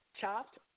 chopped